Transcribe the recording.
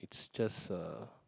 it's just uh